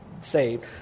saved